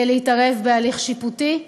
להתערב בהליך שיפוטי.